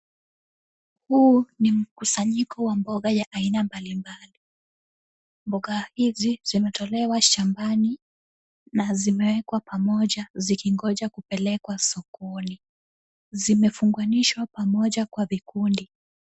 Huu ni mkusanyiko wa mboga ya aina mbalimbali. Mboga hizi zimetolewa shambani na zimewekwa pamoja zikingonja kupelekwa sokoni. Zimefunganishwa pamoja kwa vikundi.